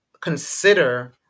consider